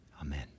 Amen